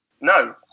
No